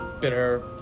bitter